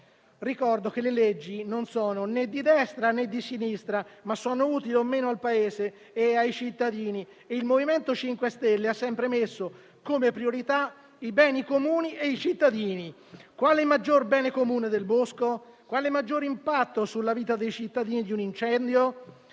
Ricordo che le leggi non sono né di Destra né di Sinistra, ma sono utili o meno al Paese e ai cittadini e che il MoVimento 5 Stelle ha sempre messo come priorità i beni comuni e i cittadini. Quale maggior bene comune del bosco? Quale maggiore impatto sulla vita dei cittadini di quello